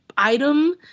item